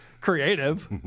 creative